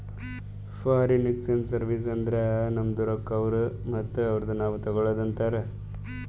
foreign exchange service ಅಂದುರ್ ನಮ್ದು ರೊಕ್ಕಾ ಅವ್ರು ಮತ್ತ ಅವ್ರದು ನಾವ್ ತಗೊಳದುಕ್ ಅಂತಾರ್